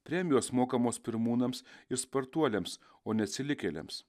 premijos mokamos pirmūnams ir spartuoliams o ne atsilikėliams